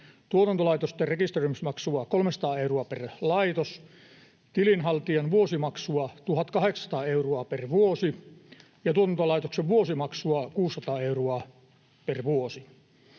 tuotantolaitosten rekisteröimismaksu 300 euroa per laitos, tilinhaltijan vuosimaksu 1 800 euroa per vuosi ja tuotantolaitoksen vuosimaksu 600 euroa per vuosi.